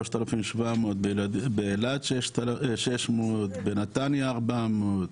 3,700, באילת 600, בנתניה 400,